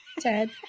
Ted